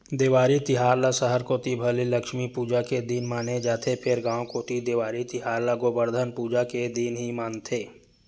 देवारी तिहार ल सहर कोती भले लक्छमी पूजा के दिन माने जाथे फेर गांव कोती देवारी तिहार ल गोबरधन पूजा के दिन ही मानथे